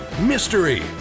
mystery